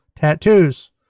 Tattoos